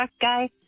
guy